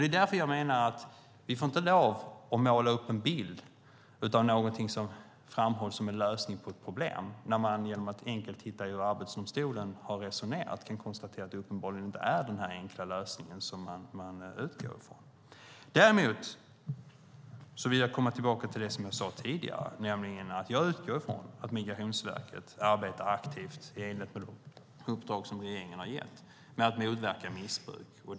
Det är därför jag menar att vi inte får måla upp en bild av någonting som framhålls som en lösning på ett problem, när man enkelt genom att titta hur Arbetsdomstolen har resonerat kan konstatera att det uppenbarligen inte är den enkla lösning som man utgår ifrån. Däremot vill jag komma tillbaka till det som jag sade tidigare, nämligen att jag utgår från att Migrationsverket arbetar aktivt för att motverka missbruk i enlighet med de uppdrag som regeringen har gett.